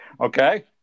Okay